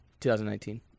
2019